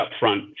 upfront